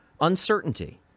uncertainty